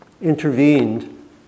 intervened